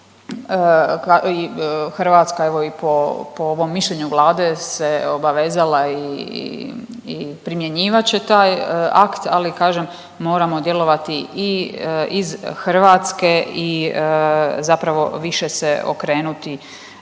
Hrvatska evo i po ovom mišljenju Vlade se obavezala i primjenjivat će taj akt, ali kažem moramo djelovati i iz Hrvatske i zapravo više se okrenuti,